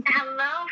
Hello